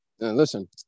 Listen